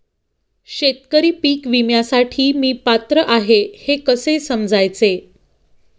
शेतकरी पीक विम्यासाठी मी पात्र आहे हे कसे समजायचे?